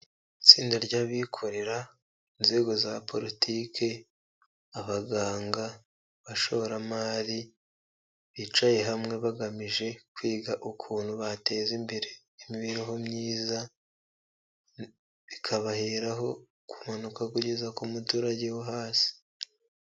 Itsinda ry'abikorera, inzego za poritike, abaganga, bashoramari bicaye hamwe bagamije kwiga ukuntu bateza imbere imibereho myiza, bikabaheraho kumanuka kugeza ku muturage wo hasi.